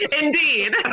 Indeed